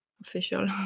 official